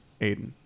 Aiden